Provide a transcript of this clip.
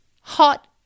hot